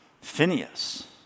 Phineas